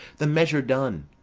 the measure done,